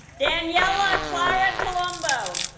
daniella claret colombo